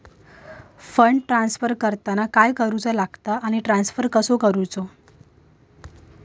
Fund transfer करताना काय करुचा लगता आनी ट्रान्स्फर कसो करूचो?